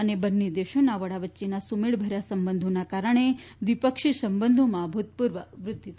અને બંને દેશોના વડા વચ્ચેના સુમેળ ભર્યા સંબંધોના કારણે દ્વિપક્ષી સંબંધોમાં અભૂતપૂર્વ વૃદ્ધિ થશે